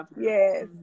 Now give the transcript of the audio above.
yes